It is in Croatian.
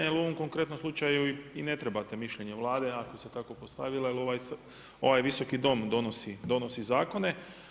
Jer u ovom konkretnom slučaju i ne trebate mišljenje Vlade ako se tako postavilo jer ovaj Visoki dom donosi zakone.